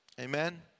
Amen